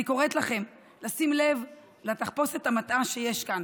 אני קוראת לכם לשים לב לתחפושת המטעה שיש כאן,